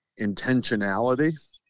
intentionality